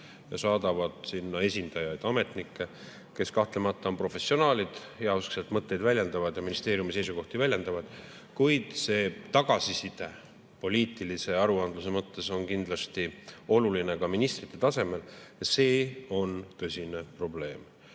saadavad sinna esindajaid, ametnikke, kes kahtlemata on professionaalid, heauskselt mõtteid väljendavad ja ministeeriumi seisukohti väljendavad, kuid tagasiside poliitilise aruandluse mõttes oleks kindlasti oluline ka ministrite tasemel. See on tõsine probleem.